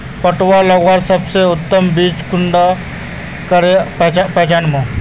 पटुआ लगवार सबसे उत्तम बीज कुंसम करे पहचानूम?